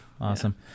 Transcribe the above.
awesome